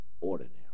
ordinary